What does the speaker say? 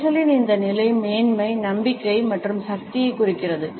கைகளின் இந்த நிலை மேன்மை நம்பிக்கை மற்றும் சக்தியைக் குறிக்கிறது